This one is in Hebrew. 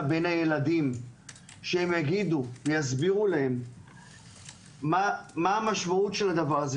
בין הילדים שיסבירו להם מה המשמעות של זה.